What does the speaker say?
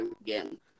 again